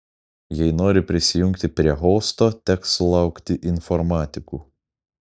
jei nori prisijungti prie hosto teks sulaukti informatikų